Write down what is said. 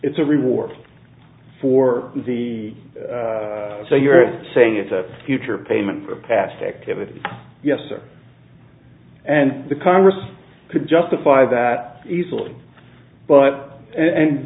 it's a reward for the so you're saying it's a future payment for past activity yes sir and the congress to justify that easily but and